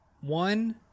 one